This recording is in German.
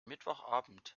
mittwochabend